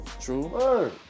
true